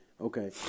Okay